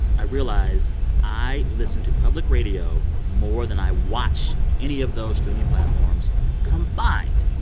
i realize i listen to public radio more than i watch any of those streaming platforms combined.